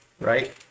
right